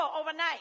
overnight